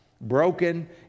broken